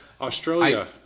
Australia